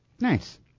Nice